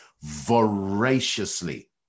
voraciously